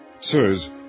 Sirs